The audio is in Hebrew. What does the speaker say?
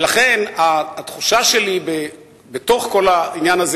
ולכן התחושה שלי בתוך כל העניין הזה,